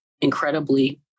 incredibly